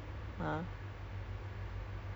then I jalan balik